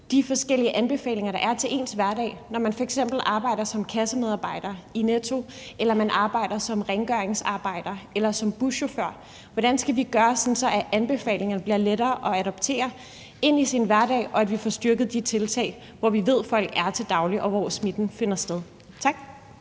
de forskellige anbefalinger til ens hverdag, når man f.eks. arbejder som kassemedarbejder i Netto, som rengøringsassistent eller buschauffør? Hvad skal vi gøre, for at anbefalingerne bliver lettere at overføre til ens hverdag, og at vi får styrket de tiltag de steder, hvor vi ved folk er til daglig, og hvor smitten er til stede? Tak.